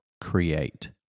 Create